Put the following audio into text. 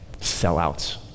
Sellouts